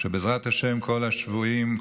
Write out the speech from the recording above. שבעזרת השם כל השבויים,